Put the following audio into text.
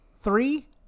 three